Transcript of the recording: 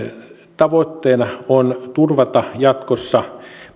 tavoitteena on turvata jatkossa